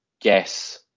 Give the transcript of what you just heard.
guess